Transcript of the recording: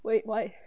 wait why